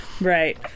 right